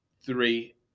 three